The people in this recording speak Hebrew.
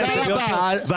אם מתגברים.